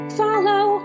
follow